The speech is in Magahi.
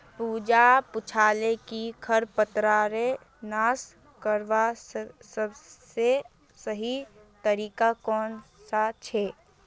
पूजा पूछाले कि खरपतवारक नाश करवार सबसे सही तरीका कौन सा छे